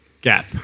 gap